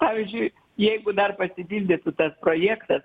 pavyzdžiui jeigu dar pasipildytų tas projektas